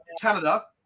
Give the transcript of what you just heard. Canada